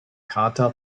charta